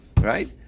right